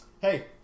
Hey